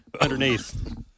underneath